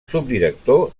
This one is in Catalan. subdirector